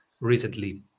recently